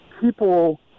people